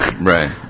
Right